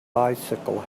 bicycle